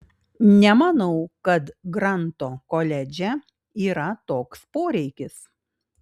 nemanau kad granto koledže yra toks poreikis